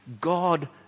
God